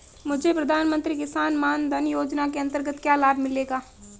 मुझे प्रधानमंत्री किसान मान धन योजना के अंतर्गत क्या लाभ मिलेगा?